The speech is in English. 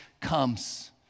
comes